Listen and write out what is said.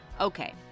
Okay